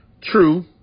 True